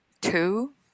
two